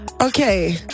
Okay